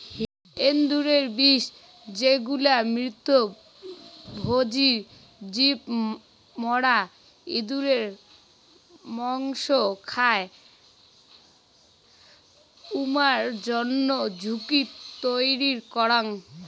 এন্দুরের বিষ যেগুলা মৃতভোজী জীব মরা এন্দুর মসং খায়, উমার জইন্যে ঝুঁকি তৈয়ার করাং